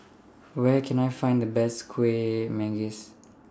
Where Can I Find The Best Kuih Manggis